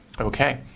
Okay